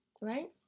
right